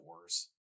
worse